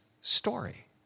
story